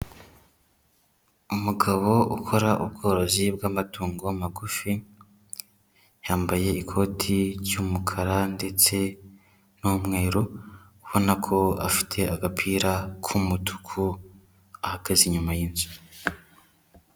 Umugabo ukora ubworozi bw'amatungo magufi, yambaye ikoti ry'umukara ndetse n'umweru, ubona ko afite agapira k'umutuku, ahagaze inyuma y'inzu.